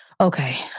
Okay